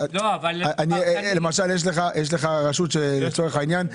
למשל יש לך רשות שלצורך העניין,